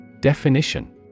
Definition